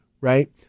right